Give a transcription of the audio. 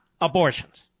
abortions